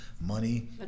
money